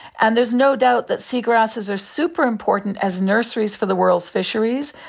and there is no doubt that sea grasses are super important as nurseries for the world's fisheries,